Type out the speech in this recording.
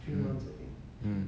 mm mm